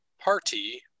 Party